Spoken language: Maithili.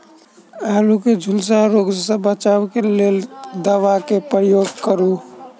आलु केँ झुलसा रोग सऽ बचाब केँ लेल केँ दवा केँ प्रयोग करू?